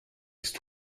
ist